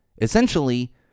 Essentially